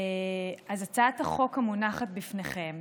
הצעת החוק המונחת בפניכם